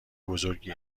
بزرگی